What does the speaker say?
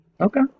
Okay